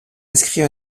inscrit